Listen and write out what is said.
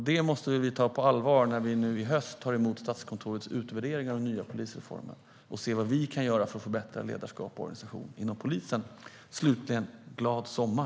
Detta måste vi ta på allvar när vi i höst tar emot Statskontorets utvärdering av polisreformen och ser vad vi kan göra för att förbättra ledarskap och organisation inom polisen. Slutligen: Glad sommar!